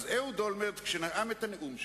אז אהוד אולמרט, כשנאם את הנאום שלו,